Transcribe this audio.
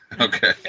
Okay